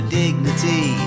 dignity